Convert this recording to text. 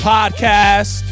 Podcast